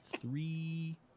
three